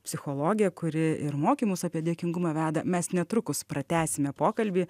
psichologė kuri ir mokymus apie dėkingumą veda mes netrukus pratęsime pokalbį